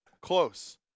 Close